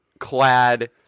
clad